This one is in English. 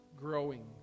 growing